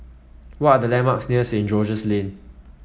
what are the landmarks near St George's Lane